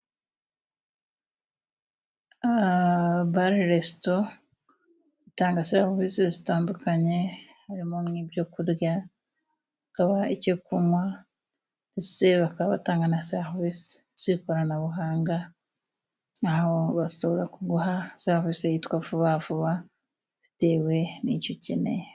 Bare resto itanga serivisi zitandukanye harimo n'ibyo kurya, hakaba icyo kunywa, ndetse bakaba batanga na serivisi z'ikoranabuhanga, aho bashobora kuguha serivisi yitwa, vuba vuba bitewe n'icyo ukeneye.